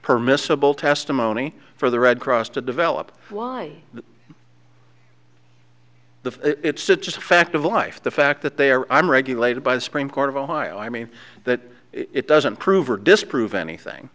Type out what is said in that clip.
permissible testimony for the red cross to develop why the it's just a fact of life the fact that they are i'm regulated by the supreme court of ohio i mean that it doesn't prove or disprove anything